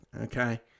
okay